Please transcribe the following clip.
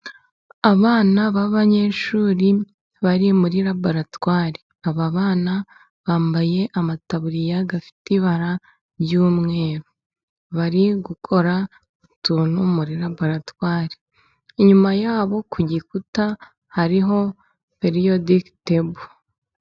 Abana b'abanyeshuri bari muri laboratwari . Aba bana bambaye amataburiya afite ibara ry'umweru. Bari gukora utuntu muri laboratwari. Inyuma yabo ku gikuta hariho periyodiki tebo.